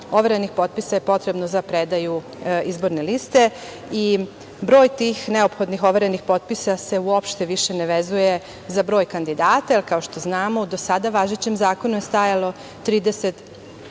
overenih potpisa je potrebno za predaju izborne liste i broj tih neophodnih overenih potpisa se uopšte više ne vezuje za broj kandidata, jer kao što znamo, u do sada važećem zakonu je stajalo 30